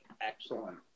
excellent